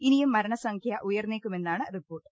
ഇനിയും മരണസംഖൃ ഉയർന്നേക്കുമെന്നാണ് റിപ്പോർട്ട്